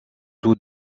tous